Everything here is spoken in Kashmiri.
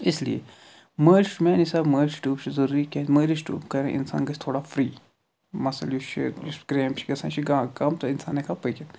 اِسلیے مٲلِش میٛانہِ حِساب مٲلشہِ ٹیوٗب چھُ ضٔروٗری کیٛازِ مٲلِش ٹیوٗب کَرِ اِنسان گَژھِ تھوڑا فرٛی مَسٕل یُس چھُ یُس کرٛیمپ چھُ گَژھان یہِ چھُ گا کم تہٕ اِنسان ہٮ۪کان پٔکِتھ